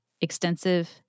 extensive